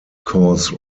cause